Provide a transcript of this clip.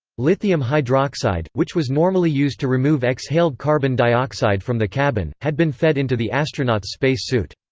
lithium hydroxide, which was normally used to remove exhaled carbon dioxide from the cabin, had been fed into the astronauts' space suit.